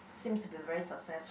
seems to be a very success